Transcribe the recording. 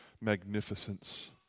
magnificence